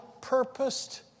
purposed